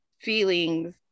feelings